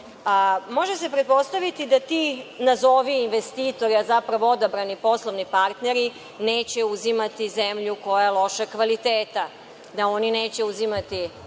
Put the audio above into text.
bave. Može se pretpostaviti da ti, nazovi, investitori, a zapravo odabrani poslovni partneri, neće uzimati zemlju koja je lošeg kvaliteta, da oni neće uzimati